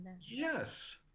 Yes